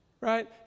right